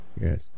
Yes